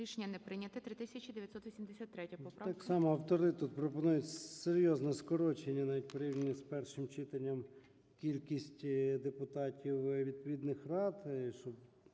13:33:38 ЧЕРНЕНКО О.М. Так само, автори тут пропонують серйозне скорочення, навіть порівняно з першим читанням, кількості депутатів відповідних рад.